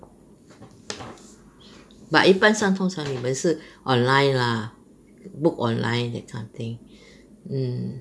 but 一般上通常你们是 online lah book online that kind of thing mm